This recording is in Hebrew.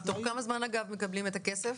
תוך כמה זמן אגב מקבלים את הכסף?